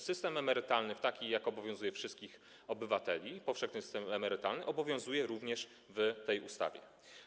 System emerytalny, jaki obowiązuje wszystkich obywateli, czyli powszechny system emerytalny, obowiązuje również w tej ustawie.